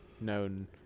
known